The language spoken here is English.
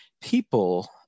people